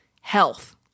health